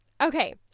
okay